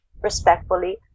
respectfully